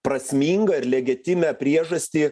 prasmingą ir legetimią priežastį